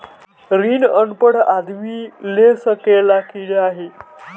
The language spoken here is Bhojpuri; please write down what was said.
ऋण अनपढ़ आदमी ले सके ला की नाहीं?